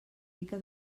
pica